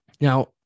Now